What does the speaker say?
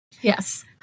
Yes